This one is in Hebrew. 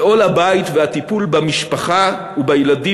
ועול הבית והטיפול במשפחה ובילדים